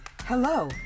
Hello